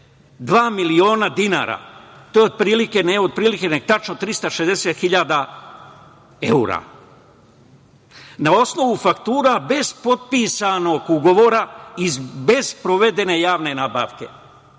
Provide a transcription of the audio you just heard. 42 miliona dinara. To je tačno 360.000 evra, na osnovu faktura, bez potpisanog ugovora, bez sprovedene javne nabavke.